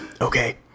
okay